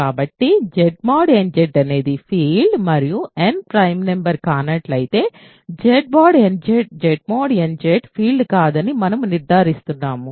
కాబట్టి Z mod nZ అనేది field మరియు n ప్రైమ్ నెంబర్ కానట్లయితే Z mod nZ ఫీల్డ్ కాదని మనము నిర్ధారిస్తున్నాము